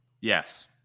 Yes